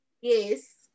Yes